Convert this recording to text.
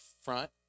front